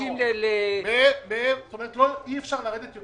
כמה כסף הושקע בסך הכול בשנים האחרונות,